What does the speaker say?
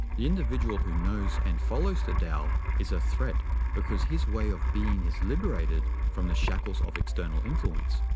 the individual who knows and follows the tao is a threat because his way of being is liberated from the shackles of external influence.